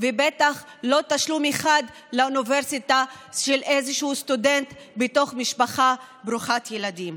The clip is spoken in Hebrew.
ובטח לא תשלום אחד לאוניברסיטה של איזה סטודנט בתוך משפחה ברוכת ילדים.